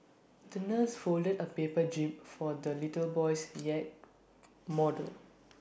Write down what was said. the nurse folded A paper jib for the little boy's yacht model